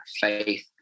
faith